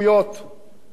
שיש בהן צניעות,